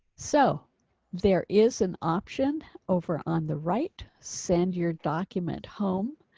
so there is an option. over on the right. send your document home.